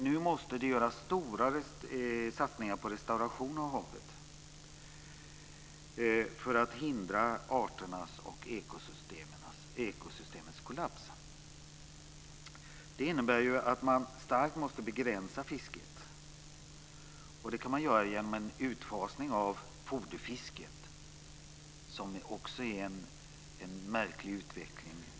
Nu måste det göras stora satsningar på restauration av havet för att hindra arternas och ekosystemets kollaps. Det innebär att man starkt måste begränsa fisket. Det kan man göra genom utfasning av foderfisket som också är en märklig utveckling.